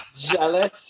Jealous